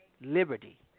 liberty